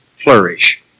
flourish